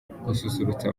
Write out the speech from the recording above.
gususurutsa